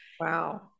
Wow